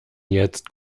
jetzt